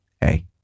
hey